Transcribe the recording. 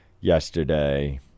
yesterday